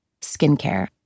Skincare